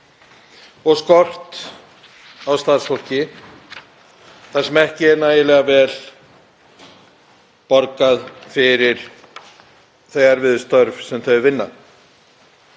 og skort á starfsfólki, þar sem ekki er nægilega vel borgað fyrir þau erfiðu störf sem það vinnur.